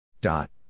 Dot